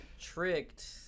tricked